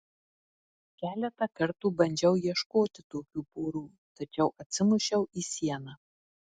keletą kartų bandžiau ieškoti tokių porų tačiau atsimušiau į sieną